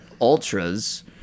ultras